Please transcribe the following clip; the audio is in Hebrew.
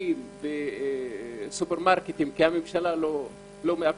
עסקים וסופרמרקטים, כי הממשלה לא מאפשרת,